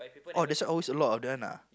orh that's why always a lot of that one lah